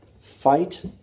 Fight